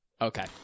okay